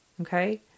Okay